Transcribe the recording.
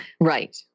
Right